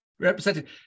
represented